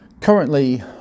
Currently